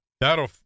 that'll